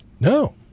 No